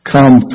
Come